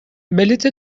بلیت